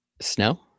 snow